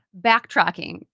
backtracking